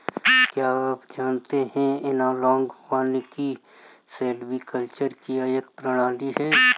क्या आप जानते है एनालॉग वानिकी सिल्वीकल्चर की एक प्रणाली है